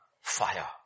fire